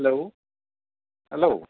hello hello